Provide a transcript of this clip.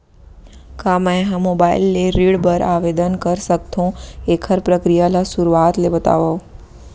का मैं ह मोबाइल ले ऋण बर आवेदन कर सकथो, एखर प्रक्रिया ला शुरुआत ले बतावव?